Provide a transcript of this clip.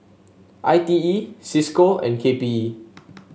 I T E Cisco and K P E